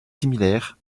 similaires